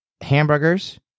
hamburgers